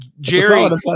Jerry